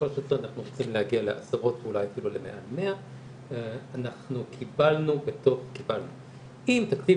רוצים להגיע לעשרות ואולי אפילו למעל 100. אם תקציב